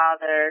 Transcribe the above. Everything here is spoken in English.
father